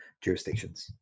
jurisdictions